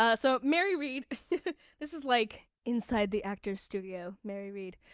ah so mary read this is like inside the actors studio! mary read.